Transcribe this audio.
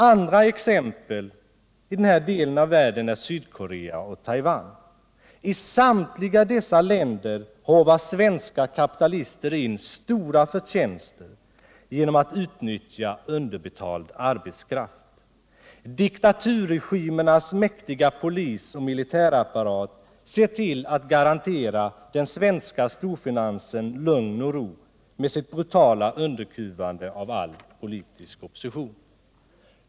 Andra exempel i den delen av världen är Sydkorea och Taiwan. I samtliga dessa länder håvar svenska kapitalister in stora förtjänster genom att utnyttja underbetald arbetskraft. Diktaturregimernas mäktiga polisoch militärapparat ser till att garantera den svenska storfinansen lugn och ro, med sitt brutala underkuvande av all politisk opposition.